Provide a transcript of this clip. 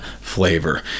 flavor